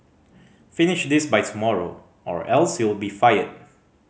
finish this by tomorrow or else you'll be fired